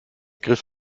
griff